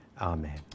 Amen